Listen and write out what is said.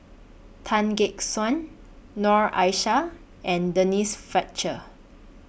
Tan Gek Suan Noor Aishah and Denise Fletcher